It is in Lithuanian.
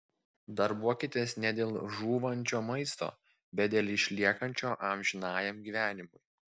darbuokitės ne dėl žūvančio maisto bet dėl išliekančio amžinajam gyvenimui